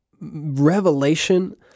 revelation